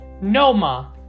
Noma